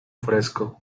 fresco